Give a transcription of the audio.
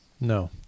No